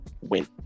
win